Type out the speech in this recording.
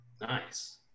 Nice